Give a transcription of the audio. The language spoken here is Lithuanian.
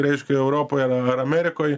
reiškia europoj ar ar amerikoj